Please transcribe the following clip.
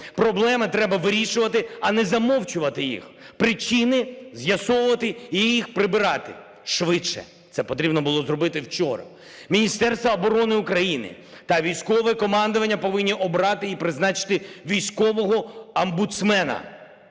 Проблеми треба вирішувати, а не замовчувати їх. Причини з'ясовувати і їх прибирати швидше. Це потрібно було зробити вчора. Міністерство оборони України та військове командування повинні обрати і призначити військового омбудсмена,